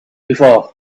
before